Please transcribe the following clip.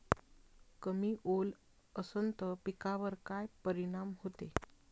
कमी ओल असनं त पिकावर काय परिनाम होते?